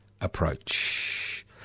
approach